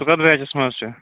سُہ کتھ بیچَس مَنٛز چھُ